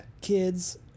kids